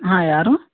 ಹಾಂ ಯಾರು